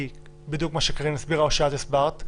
בדיוק מה שקארין הסבירה או מה שאת הסברת,